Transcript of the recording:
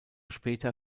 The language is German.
später